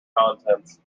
contents